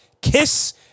Kiss